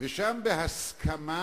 ושם בהסכמה